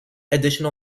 additional